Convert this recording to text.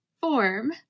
form